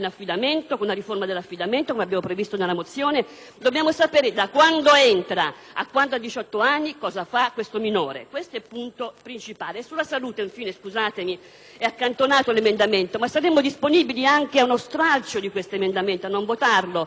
Dobbiamo sapere, da quando entra a quando ha diciotto anni, cosa fa questo minore. Questo è il punto principale. Sulla salute, infine, l'emendamento è accantonato, ma saremmo disponibili anche ad uno stralcio di questo emendamento e a non votarlo perché, come si è detto, un minore